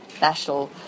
national